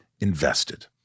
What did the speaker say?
invested